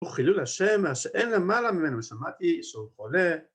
לחילול השם שאין למעלה ממנו, שמעתי שהוא חולה